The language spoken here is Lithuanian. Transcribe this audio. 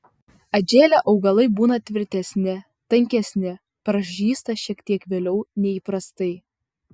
atžėlę augalai būna tvirtesni tankesni pražysta šiek tiek vėliau nei įprastai